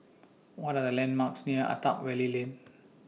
What Are The landmarks near Attap Valley Lane